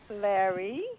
Larry